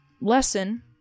lesson